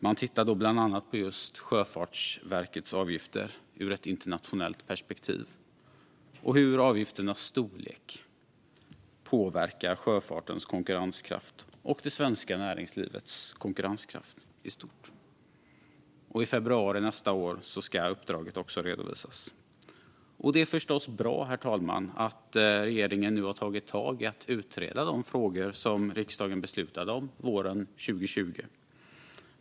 Man tittar då bland annat på just Sjöfartsverkets avgifter ur ett internationellt perspektiv och på hur avgifternas storlek påverkar sjöfartens konkurrenskraft och det svenska näringslivets konkurrenskraft i stort. I februari nästa år ska uppdraget redovisas. Det är förstås bra, herr talman, att regeringen nu har tagit tag i att utreda de frågor som riksdagen beslutade om våren 2020.